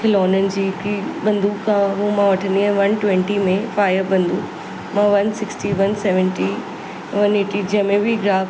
खिलौननि जी हिकिड़ी बंदूक आहे हो मां वठंदी आहियां वन ट्वेंटी में फायर बंदूक मां one sixty one seventy one eighty जंहिंमें बि गिराकु